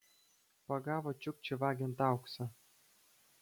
pagavo čiukčį vagiant auksą